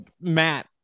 Matt